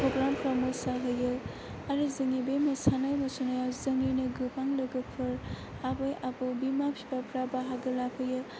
प्र'ग्रामफोराव मोसाहैयो आरो जोंनि बे मोसानाय मुसुरनायाव जोंनिनो गोबां लोगोफोर आबै आबौ बिमा बिफाफोरा बाहागो लाफैयो